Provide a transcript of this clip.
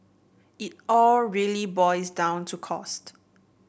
it all really boils down to cost